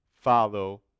Follow